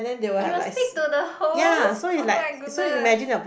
it will speak to the host oh-my-goodness